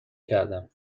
کردم